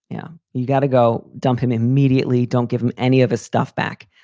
yeah. you've got to go. dump him immediately. don't give him any of his stuff back.